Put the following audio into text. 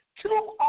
two